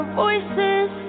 voices